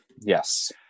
Yes